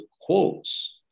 quotes